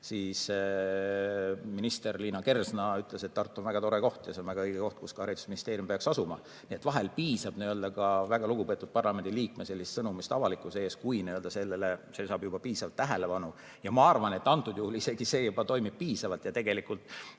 siis minister Liina Kersna ütles, et Tartu on väga tore koht ja see on väga õige koht, kus haridusministeerium peaks asuma. Vahel piisab ka väga lugupeetud parlamendiliikme sõnumist avalikkuse ees, kui see saab piisavalt tähelepanu. Ma arvan, et antud juhul isegi see juba toimib piisavalt, võib-olla